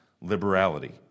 liberality